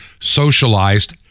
socialized